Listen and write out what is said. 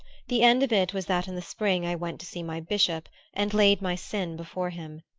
the end of it was that in the spring i went to see my bishop and laid my sin before him.